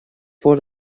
for